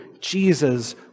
Jesus